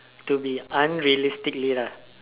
to be unrealistically lah